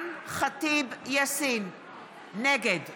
נגד